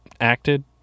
acted